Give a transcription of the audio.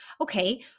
okay